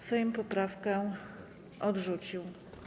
Sejm poprawkę odrzucił.